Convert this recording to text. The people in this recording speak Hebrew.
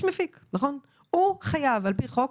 הרי יש שם מפיק שחייב לבטח לפי החוק.